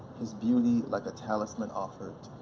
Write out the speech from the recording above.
his beauty like a talisman offered,